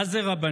מה זה רבנים?